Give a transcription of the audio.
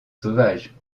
sauvage